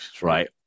right